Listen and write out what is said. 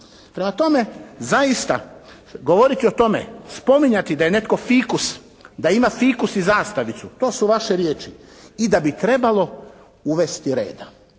Prema tome, zaista govoriti o tome, spominjati da je netko fikus, da ima fikus i zastavicu to su vaše riječi i da bi trebalo uvesti reda.